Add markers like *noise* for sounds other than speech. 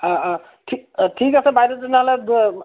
অঁ অঁ ঠি ঠিক আছে বাইদেউ তেনেহ'লে *unintelligible*